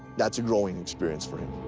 that's a growing experience for him.